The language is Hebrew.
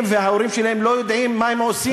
וההורים שלהם לא יודעים מה הם עושים.